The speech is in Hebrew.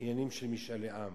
משאלי עם